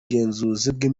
bugenzuzi